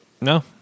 No